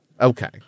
Okay